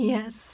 Yes